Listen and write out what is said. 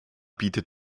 bietet